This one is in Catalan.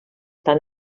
tant